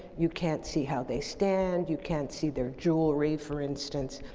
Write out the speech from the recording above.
you can't see how they stand, you can't see their jewelry, for instance,